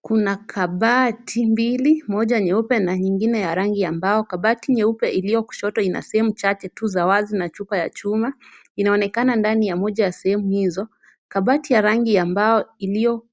Kuna kabati mbili moja nyeupe na nyingine ya rangi ya mbao. Kabati nyeupe iliyo kushoto Ina sehemu chache tu za wazi na chupa ya chuma. Inaonekana ndani ya moja ya sehemu hizo, kabati ya rangi ya mbao iliyo